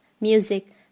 music